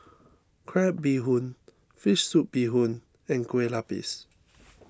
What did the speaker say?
Crab Bee Hoon Fish Soup Bee Hoon and Kueh Lapis